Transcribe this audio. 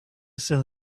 sell